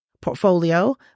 portfolio